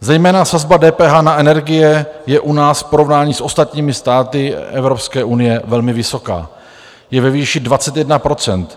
Zejména sazba DPH na energie je u nás v porovnání s ostatními státy Evropské unie velmi vysoká, je ve výši 21 %.